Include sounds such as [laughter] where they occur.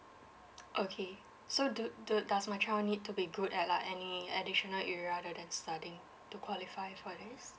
[noise] okay so do do does my child need to be good at like any additional area other than study to qualify for this